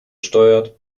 steuert